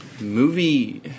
movie